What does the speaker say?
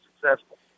successful